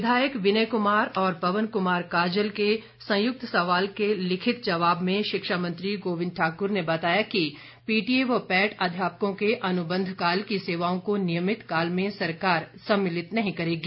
विधायक विनय कुमार और पवन कुमार काजल के संयुक्त सवाल के लिखित जवाब में शिक्षा मंत्री गोविंद ठाकुर ने बताया कि पीटीए व पैट अध्यापकों के अनुबंध काल की सेवाओं को नियमित काल में सरकार सम्मिलित नहीं करेगी